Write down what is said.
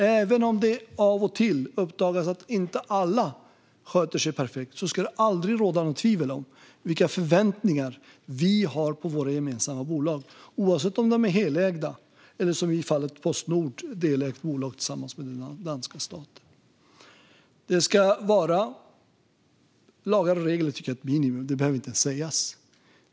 Även om det av och till uppdagas att inte alla sköter sig perfekt ska det aldrig råda något tvivel om vilka förväntningar vi har på våra gemensamma bolag, oavsett om de är helägda eller delägda som i fallet Postnord med danska staten. Att man ska följa lagar och regler tycker jag är ett minimum; det behöver inte ens sägas.